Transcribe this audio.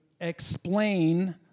explain